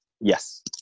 Yes